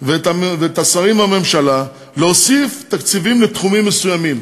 ואת השרים בממשלה להוסיף לתקציבים סכומים מסוימים.